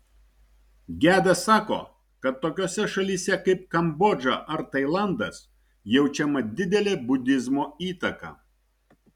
gedas sako kad tokiose šalyse kaip kambodža ar tailandas jaučiama didelė budizmo įtaka